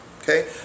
Okay